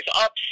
up